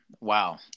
Wow